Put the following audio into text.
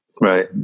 Right